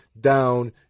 down